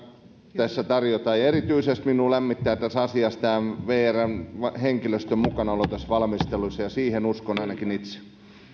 tarjotaan luo mahdollisuuksia erityisesti minua tässä asiassa lämmittää vrn henkilöstön mukanaolo tässä valmistelussa ja siihen uskon ainakin itse